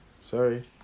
Sorry